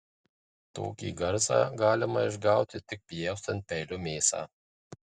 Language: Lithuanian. tokį garsą galima išgauti tik pjaustant peiliu mėsą